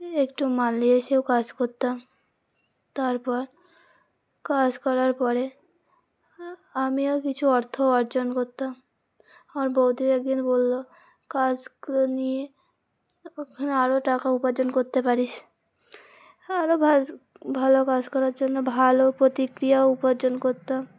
একটু মালে এসেও কাজ করতাম তারপর কাজ করার পরে আমিও কিছু অর্থ অর্জন করতাম আমার বৌধি একদিন বললো কাজ গুলো নিয়ে ওখানে আরও টাকা উপার্জন করতে পারিস আরও ভ ভালো কাজ করার জন্য ভালো প্রতিক্রিয়াও উপার্জন করতাম